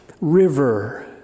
river